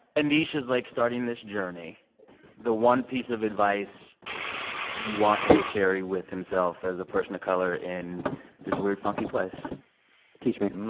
aneesh is, like, starting this journey the one piece of advice you want him to carry with himself as a person of color in this weird, funky place teach me